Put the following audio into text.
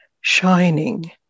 shining